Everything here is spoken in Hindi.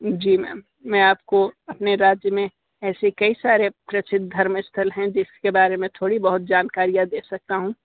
जी मैम मैं आपको अपने राज्य में ऐसे कई सारे प्रसिद्ध धर्म स्थल हैं जिसके बारे में थोड़ी बहुत जानकारियाँ दे सकता हूँ